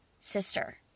sister